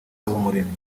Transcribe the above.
habumuremyi